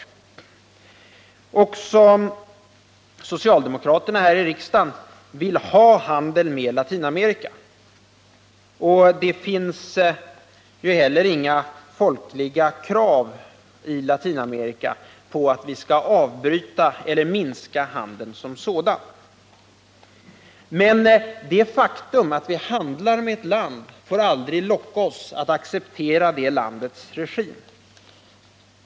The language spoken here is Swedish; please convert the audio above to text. Även socialdemokraterna här i riksdagen vill ha handel med Latinamerika, och det finns heller inte folkliga krav i Latinamerika på att vi skall avbryta eller minska handeln som sådan. Men att vi handlar med ett land får aldrig locka oss att acceptera det landets regim.